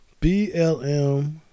BLM